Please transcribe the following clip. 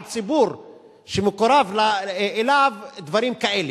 על ציבור שמקורב אליו דברים כאלה.